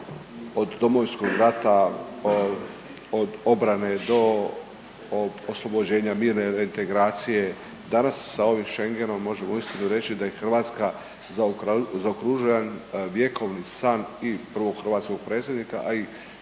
od Domovinskog rata, od obrane do oslobođenja mirne reintegracije, danas sa ovim Schengenom možemo uistinu reći da je Hrvatska zaokružila jedan vjekovni san i prvog hrvatskog predsjednika, a i